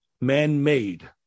man-made